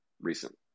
recent